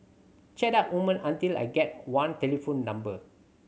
chat up women until I get one telephone number